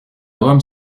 rome